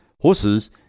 Horses